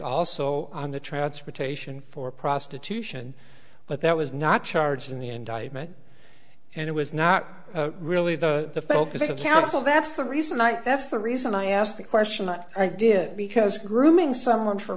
also on the transportation for prostitution but that was not charged in the indictment and it was not really the focus of counsel that's the reason i that's the reason i asked the question that i did because grooming someone for